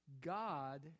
God